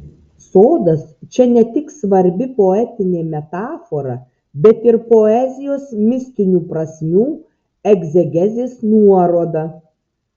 sodas čia ne tik svarbi poetinė metafora bet ir poezijos mistinių prasmių egzegezės nuoroda